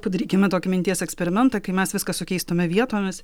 padarykime tokį minties eksperimentą kai mes viską sukeistume vietomis